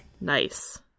Nice